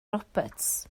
roberts